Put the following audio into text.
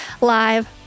live